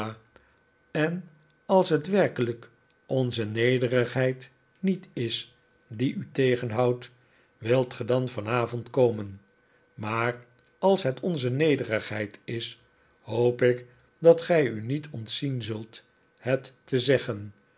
en als het werkelijk onze nederigheid niet is die u terughoudt wilt ge dan vanavond komen maar als het onze nederigheid is hoop ik dat gij u niet ontzien zult het te zeggen